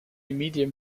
medium